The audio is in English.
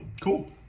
cool